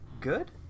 good